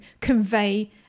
convey